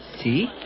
See